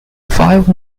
five